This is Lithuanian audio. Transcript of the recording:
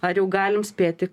ar jau galim spėti